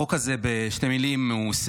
בשתי מילים: בעיניי,